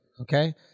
Okay